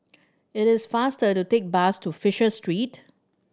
it is faster to take bus to Fisher Street